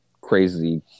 crazy